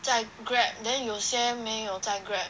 在 Grab then 有些没有在 Grab